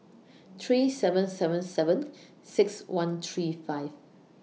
three seven seven seven six one three five